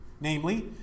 Namely